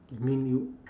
I mean you